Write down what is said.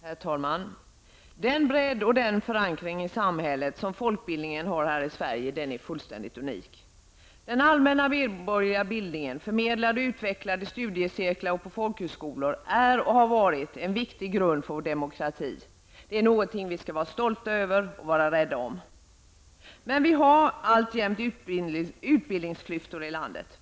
Herr talman! Den bredd och den förankring i samhället som folkbildningen har i Sverige är något fullständigt unikt. Den allmänna medborgerliga bildningen, förmedlad och utvecklad i studiecirklar och på folkhögskolor, är och har varit en viktig grund för vår demokrati. Det är något som vi skall vara stolta över och rädda om. Ändå har vi alltjämt utbildningsklyftor i landet.